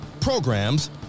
programs